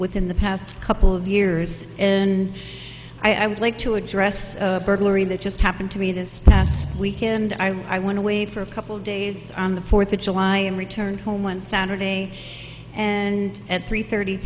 within the past couple of years and i would like to address a burglary that just happened to me this past weekend i went away for a couple days on the fourth of july and returned home one saturday and at three thirty